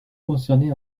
concerner